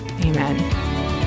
Amen